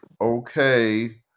okay